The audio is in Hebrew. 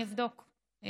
אני אבדוק,